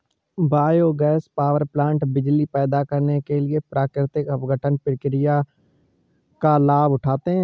biogas power plant बिजली पैदा करने के लिए प्राकृतिक अपघटन प्रक्रिया का लाभ उठाते हैं